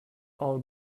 all